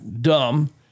dumb